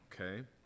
okay